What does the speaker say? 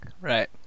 Right